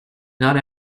not